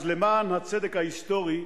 אז למען הצדק ההיסטורי,